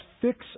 fix